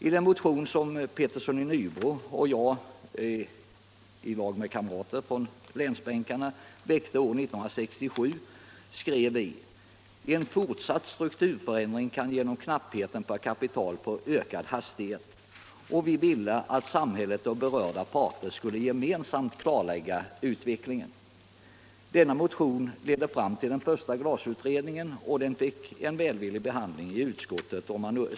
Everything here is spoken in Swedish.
I den motion som herr Pettersson i Nybro och jag väckte år 1967 tillsammans med kamrater från resp. länsbänkar skrev vi: ”En fortsatt strukturförändring kan genom knappheten på kapital få ökad hastighet.” - Nr 92 Och vi ville att samhället och berörda parter skulle gemensamt klarlägga utvecklingen. Denna motion, som fick en välvillig behandling i utskottet, ledde fram = till den första glasutredningen.